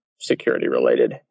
security-related